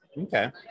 Okay